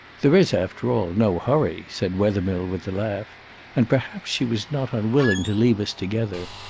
there is, after all, no hurry, said wethermill, with a laugh and perhaps she was not unwilling to leave us together.